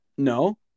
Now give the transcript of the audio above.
No